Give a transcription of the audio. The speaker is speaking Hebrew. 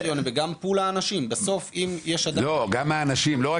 זה לפי מספר האנשים, לא הקריטריונים.